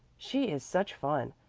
she is such fun.